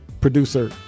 producer